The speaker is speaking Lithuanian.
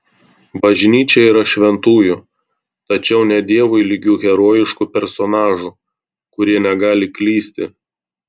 bažnyčia yra šventųjų tačiau ne dievui lygių herojiškų personažų kurie negali klysti